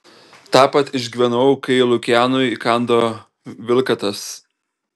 tą pat išgyvenau kai lukianui įkando vilkatas